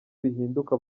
bihinduka